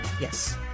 Yes